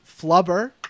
Flubber